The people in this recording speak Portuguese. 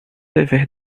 dever